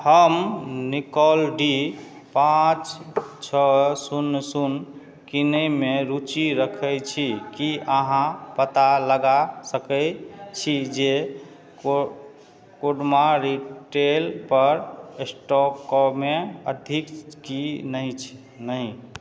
हम Nikon D पाँच छओ शून्य शून्य कीनयमे रुचि रखय छी की अहाँ पता लगा सकय छी जे को क्रोमा रिटेलपर स्टॉकमे अधि कि नहि अछि